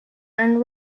and